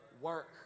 Work